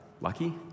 lucky